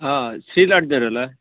ಹಾಂ ಶ್ರೀ ಲಾಡ್ಜರ್ ಅಲಾ